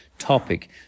topic